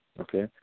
Okay